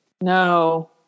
No